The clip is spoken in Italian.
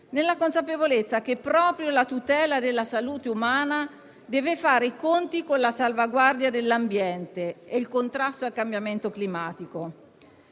nella consapevolezza che proprio la tutela della salute umana deve fare i conti con la salvaguardia dell'ambiente e il contrasto al cambiamento climatico.